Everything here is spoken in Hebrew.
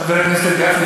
חבר הכנסת גפני,